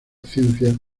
ciencia